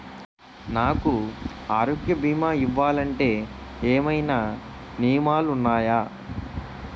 నాకు ఆరోగ్య భీమా ఇవ్వాలంటే ఏమైనా నియమాలు వున్నాయా?